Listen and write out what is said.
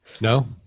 No